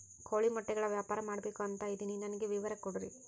ಕೋಳಿ ಮೊಟ್ಟೆಗಳ ವ್ಯಾಪಾರ ಮಾಡ್ಬೇಕು ಅಂತ ಇದಿನಿ ನನಗೆ ವಿವರ ಕೊಡ್ರಿ?